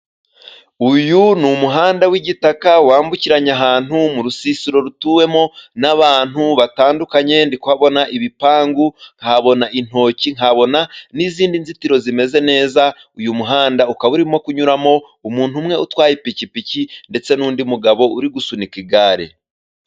Uyu ni umuhanda w'igitaka, wambukiranya ahantu mu rusisiro rutuwemo n'abantu batandukanye. Ndi kuhabona ibipangu, nkahabona intoki ,nkahabona n'izindi nzitiro zimeze neza. Uyu muhanda ukaba urimo kunyuramo umuntu umwe utwaye ipikipiki, ndetse n'undi mugabo uri gusunika igare.